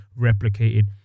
replicated